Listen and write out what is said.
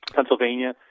Pennsylvania